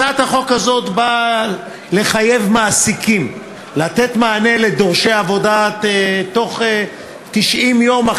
הצעת החוק הזאת באה לחייב מעסיקים לתת מענה לדורשי העבודה בתוך 90 יום,